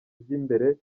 by’imbere